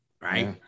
Right